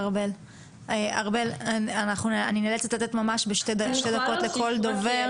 ארבל, אני נאלצת לתת לכל דובר שתי דקות.